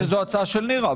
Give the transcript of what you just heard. חשבתי שזאת הצעה של נירה,